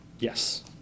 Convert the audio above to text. Yes